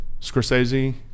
Scorsese